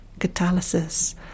catalysis